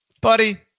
buddy